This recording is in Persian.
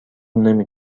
نمی